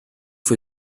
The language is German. für